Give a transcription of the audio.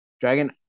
Dragon